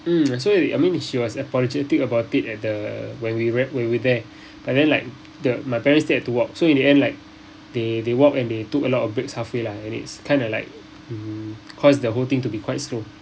mm so I mean she was apologetic about it at the when we when we there but then like the my parents still have to walk so in the end like they they walk and they took a lot of breaks halfway lah and it's kinda like mm caused the whole thing to be quite slow